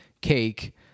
cake